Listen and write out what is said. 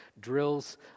drills